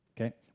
okay